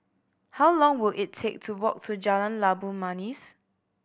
how long will it take to walk to Jalan Labu Manis